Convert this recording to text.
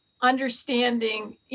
understanding